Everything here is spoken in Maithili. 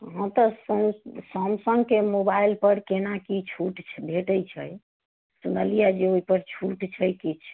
हाँ तऽ सम सैमसङ्गके मोबाइल पर केना की छूट छै भेटैत छै सुनलिऐ जे ओहि पर छूट छै किछु